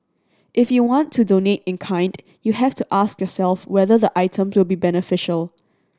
if you want to donate in kind you have to ask yourself whether the items will be beneficial